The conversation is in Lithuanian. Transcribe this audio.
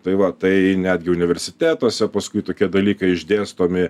tai va tai netgi universitetuose paskui tokie dalykai išdėstomi